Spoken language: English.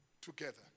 together